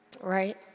right